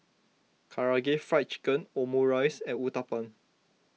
Karaage Fried Chicken Omurice and Uthapam